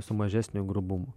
su mažesniu grubumu